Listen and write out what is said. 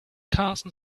carson